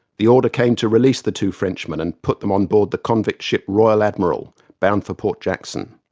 the order came to release the two frenchmen and put them on board the convict ship royal admiral, bound for port jackson.